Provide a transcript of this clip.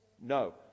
No